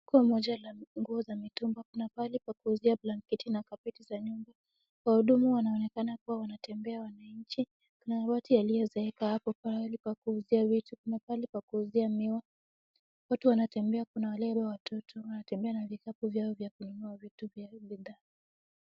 Soko moja la nguo za mitumba, kuna pahali pa kuuzia blanketi na kapeti za nyumba, wahudumu wanaonekana kuwa wanatembea wananchi kuna mabati yaliyozeeka hapo pahali pa kuuzia vitu, kuna pahali pa kuuzia miwa, watu wanatembea kuna watoto wanatembea na vikapu vyao vya kununua vitu vya bidhaa.